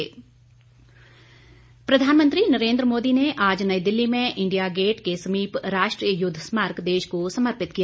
युद्ध संग्रहालय प्रधानमंत्री नरेन्द्र मोदी ने आज नई दिल्ली में इंडिया गेट के समीप राष्ट्रीय युद्ध स्मारक देश को समर्पित किया